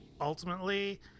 ultimately